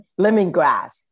lemongrass